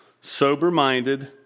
sober-minded